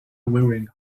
wearing